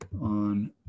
On